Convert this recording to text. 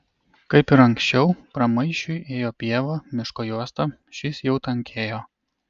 kaip ir anksčiau pramaišiui ėjo pieva miško juosta šis jau tankėjo